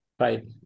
Right